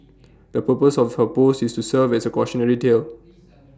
the purpose of her post is to serve as A cautionary tale